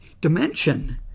dimension